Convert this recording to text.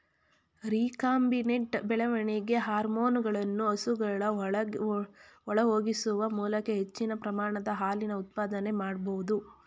recombinant ಬೆಳವಣಿಗೆ ಹಾರ್ಮೋನುಗಳನ್ನು ಹಸುಗಳ ಒಳಹೊಗಿಸುವ ಮೂಲಕ ಹೆಚ್ಚಿನ ಪ್ರಮಾಣದ ಹಾಲಿನ ಉತ್ಪಾದನೆ ಮಾಡ್ಬೋದು